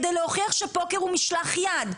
כדי להוכיח שפוקר הוא משלח יד.